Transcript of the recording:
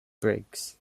briggs